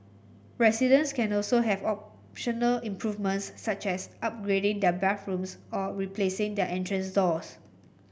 residents can also have optional improvements such as upgrading their bathrooms or replacing their entrance doors